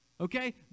Okay